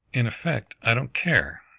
in effect i don't care,